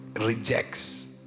rejects